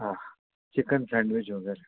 हां chicken sandwich वगैरे